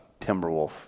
Timberwolf